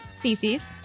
feces